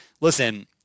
listen